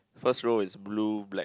first row is blue black